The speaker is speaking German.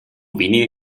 wenige